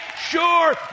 sure